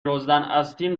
روزناستین